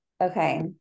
Okay